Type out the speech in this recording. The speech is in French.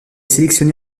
sélectionné